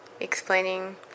explaining